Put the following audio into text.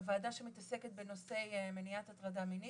בוועדה שמתעסקת בנושאי מניעת הטרדה מינית